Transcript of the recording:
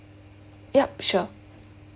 yup sure